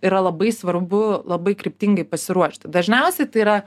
yra labai svarbu labai kryptingai pasiruošti dažniausiai tai yra